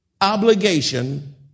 obligation